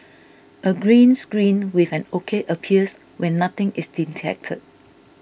a green screen with an ok appears when nothing is detected